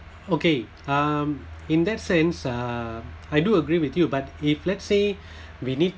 okay um in that sense uh I do agree with you but if let's say we need